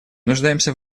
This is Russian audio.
нуждаемся